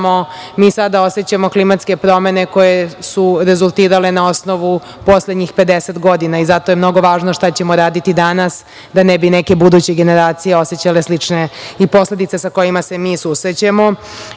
mi sada osećamo klimatske promene koje su rezultirale na osnovu poslednjih 50 godina i zato je mnogo važno šta ćemo raditi danas, da ne bi neke buduće generacije osećale slične i posledice sa kojima se mi susrećemo.